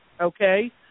Okay